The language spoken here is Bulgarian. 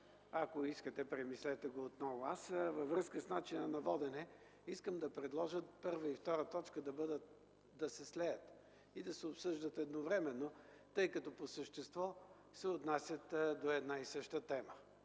Ако искате, премислете го отново. Във връзка с начина на водене. Искам да предложа първа и втора точка да се слеят и да се обсъждат едновременно, тъй като по същество се отнасят до една и съща тема.